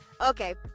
okay